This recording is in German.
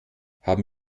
haben